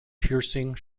piercing